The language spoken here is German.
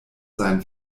sein